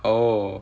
oh